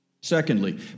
Secondly